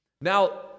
Now